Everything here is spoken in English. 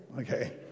Okay